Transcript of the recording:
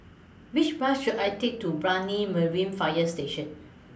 Which Bus should I Take to Brani Marine Fire Station